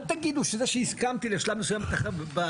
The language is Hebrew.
אל תגידו שזה שהסכמתי לשלב מסוים בתהליך,